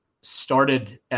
started